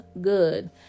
good